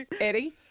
Eddie